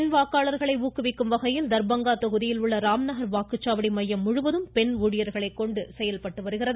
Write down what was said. பெண் வாக்காளர்களை ஊக்குவிக்கும் வகையில் தர்பங்கா தொகுதியில் உள்ள ராம்நகர் வாக்குச்சாவடி மையம் முழுவதும் பெண் ஊழியர்களை கொண்டு வாக்குப்பதிவு நடைபெற்று வருகிறது